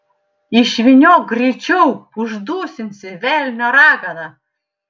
išvyniok greičiau uždusinsi velnio ragana